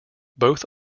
both